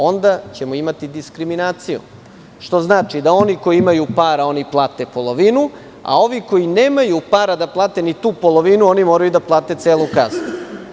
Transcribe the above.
Onda ćemo imati diskriminaciju, što znači da oni koji imaju para, oni plate polovinu, a ovi koji nemaju para da plate ni tu polovinu, oni moraju da plate celu kaznu.